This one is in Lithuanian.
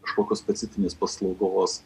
kažkokios specifinės paslaugos